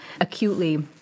acutely